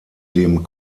dem